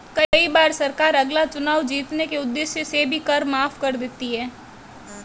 कई बार सरकार अगला चुनाव जीतने के उद्देश्य से भी कर माफ कर देती है